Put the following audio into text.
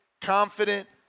confident